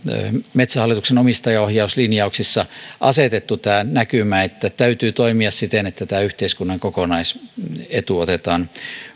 metsähallituksen omistajaohjauslinjauksissa asetettu tämä näkymä että täytyy toimia siten että tämä yhteiskunnan kokonaisetu otetaan